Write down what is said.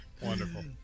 Wonderful